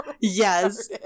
Yes